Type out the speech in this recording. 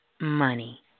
Money